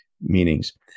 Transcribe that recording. meanings